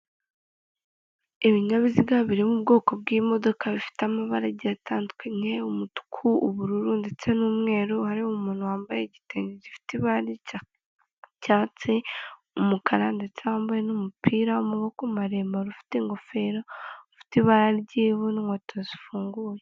Ibinyabiziga biririmo ubwoko bw'imodoka bifite amabara agiye atandukanye, umutuku, ubururu ndetse n'umweru hari umuntu wambaye igitenge gifite ibara ry’ icyatsi umukara ndetse wambaye n'umupira amaboko maremare ufite ingofero ufite ibara ry’ ivu n'inkweto zifunguye.